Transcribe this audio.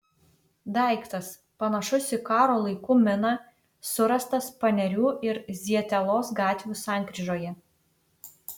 daiktas panašus į karo laikų miną surastas panerių ir zietelos gatvių sankryžoje